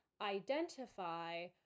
identify